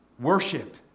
worship